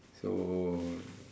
so